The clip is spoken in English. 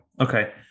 okay